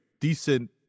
decent